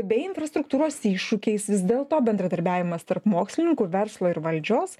bei infrastruktūros iššūkiais vis dėlto bendradarbiavimas tarp mokslininkų verslo ir valdžios